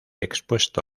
expuesto